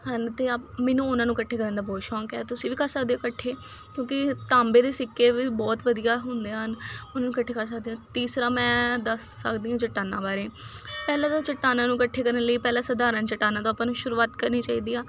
ਹਨ ਅਤੇ ਆ ਮੈਨੂੰ ਉਹਨਾਂ ਨੂੰ ਇਕੱਠੇ ਕਰਨ ਦਾ ਬਹੁਤ ਸ਼ੌਂਕ ਹੈ ਤੁਸੀਂ ਵੀ ਕਰ ਸਕਦੇ ਹੋ ਇਕੱਠੇ ਕਿਉਂਕਿ ਤਾਂਬੇ ਦੇ ਸਿੱਕੇ ਵੀ ਬਹੁਤ ਵਧੀਆ ਹੁੰਦੇ ਹਨ ਉਹਨੂੰ ਇਕੱਠੇ ਕਰ ਸਕਦੇ ਹਾਂ ਤੀਸਰਾ ਮੈਂ ਦੱਸ ਸਕਦੀ ਹਾਂ ਚੱਟਾਨਾਂ ਬਾਰੇ ਪਹਿਲਾਂ ਤਾਂ ਚੱਟਾਨਾਂ ਨੂੰ ਇਕੱਠੇ ਕਰਨ ਲਈ ਪਹਿਲਾਂ ਸਧਾਰਨ ਚੱਟਾਨਾਂ ਦਾ ਆਪਾਂ ਨੂੰ ਸ਼ੁਰੂਆਤ ਕਰਨੀ ਚਾਹੀਦੀ ਆ